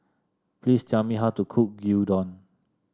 please tell me how to cook Gyudon